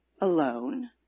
Alone